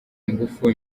ingufu